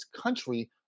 country